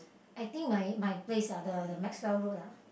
I think my my place ah the the Maxwell-Road ah